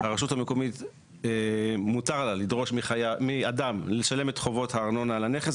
הרשות המקומית מותר לה לדרוש מאדם לשלם את חובות הארנונה על הכנס,